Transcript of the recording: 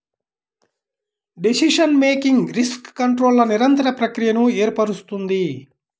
decision making risk కంట్రోల్ల నిరంతర ప్రక్రియను ఏర్పరుస్తుంది